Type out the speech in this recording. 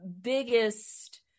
biggest